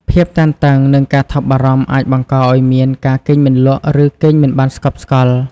ភាពតានតឹង និងការថប់បារម្ភអាចបង្កឲ្យមាន ការគេងមិនលក់ ឬគេងមិនបានស្កប់ស្កល់។